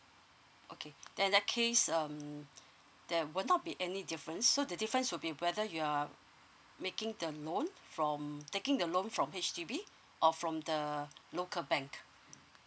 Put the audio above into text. okay then in that case um there will not be any difference so the difference will be whether you're making the loan from taking the loan from H_D_B or from the local bank